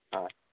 হয়